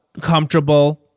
comfortable